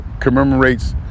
commemorates